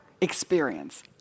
experience